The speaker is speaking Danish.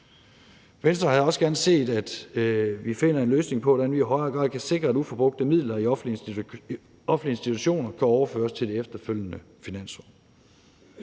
Venstre havde også gerne set, at vi fandt en løsning på, hvordan vi i højere grad kan sikre, at uforbrugte midler i offentlige institutioner kan overføres til det efterfølgende finansår.